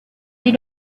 you